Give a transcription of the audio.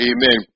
Amen